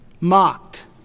mocked